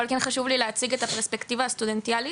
אבל כן חשוב לי להציג את הפרספקטיבה הסטודנטיאלית.